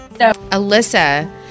Alyssa